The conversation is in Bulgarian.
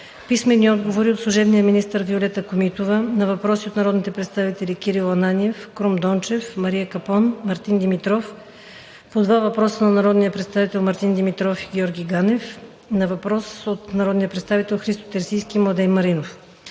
и Мария Капон; - служебния министър Виолета Комитова на въпроси от народните представители Кирил Ананиев, Крум Дончев, Мария Капон, Мартин Димитров; по два въпроса на народния представител Мартин Димитров и Георги Ганев, на въпрос от народния представител Христо Терзийски и Младен Маринов;